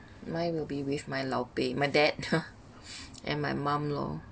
mine will be with my lao bei my dad and my mum lor